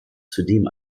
zudem